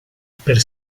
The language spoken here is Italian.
per